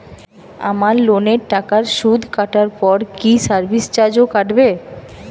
আমার লোনের টাকার সুদ কাটারপর কি সার্ভিস চার্জও কাটবে?